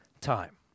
time